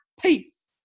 Peace